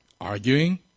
arguing